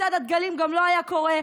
מצעד הדגלים גם לא היה קורה,